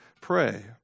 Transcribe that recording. pray